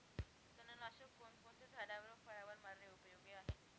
तणनाशक कोणकोणत्या झाडावर व फळावर मारणे उपयोगी आहे?